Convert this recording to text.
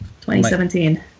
2017